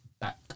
back